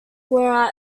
were